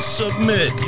submit